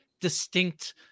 distinct